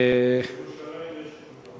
בירושלים זה אותו דבר.